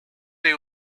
they